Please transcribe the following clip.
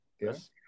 yes